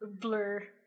blur